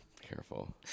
careful